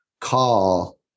call